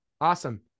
Awesome